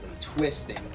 twisting